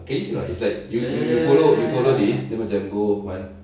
can you see or not it's like when you follow you follow this dia macam go